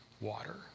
water